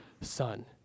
son